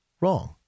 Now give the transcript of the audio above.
wrong